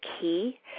key